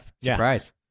Surprise